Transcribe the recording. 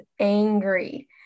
angry